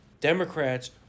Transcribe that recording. Democrats